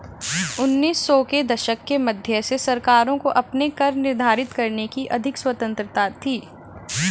उन्नीस सौ के दशक के मध्य से सरकारों को अपने कर निर्धारित करने की अधिक स्वतंत्रता थी